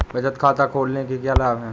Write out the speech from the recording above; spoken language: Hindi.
बचत खाता खोलने के क्या लाभ हैं?